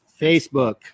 Facebook